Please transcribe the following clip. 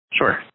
Sure